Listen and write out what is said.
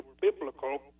biblical